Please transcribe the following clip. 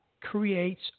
creates